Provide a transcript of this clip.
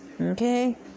Okay